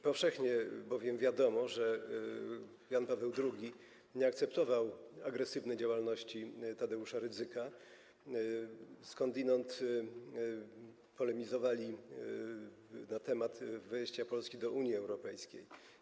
Powszechnie bowiem wiadomo, że Jan Paweł II nie akceptował agresywnej działalności Tadeusza Rydzyka, skądinąd polemizowali na temat wejścia Polski do Unii Europejskiej.